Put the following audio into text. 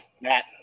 Matt